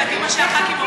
לדעתי מה שהח"כים אומרים,